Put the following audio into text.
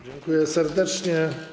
Dziękuję serdecznie.